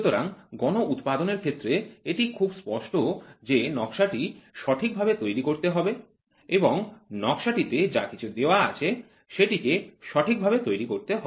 সুতরাং গণ উৎপাদন এর ক্ষেত্রে এটি খুব স্পষ্ট যে নকশাটি সঠিকভাবে তৈরি করতে হবে এবং নকশাটিতে যা কিছু দেওয়া আছে সেটিকে সঠিকভাবে তৈরি করতে হবে